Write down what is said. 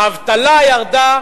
האבטלה ירדה,